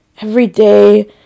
Everyday